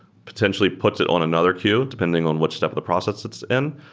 potentially puts it on another queue depending on what step of the process it's in,